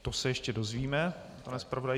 To se ještě dozvíme, pane zpravodaji.